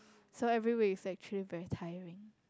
so every week is actually very tiring